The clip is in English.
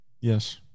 yes